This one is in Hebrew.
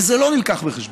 וזה לא נלקח בחשבון,